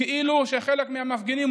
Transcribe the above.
כאילו שלחלק מהמפגינים,